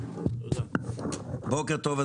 בוקר טוב,